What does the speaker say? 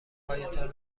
هایتان